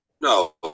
No